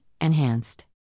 Enhanced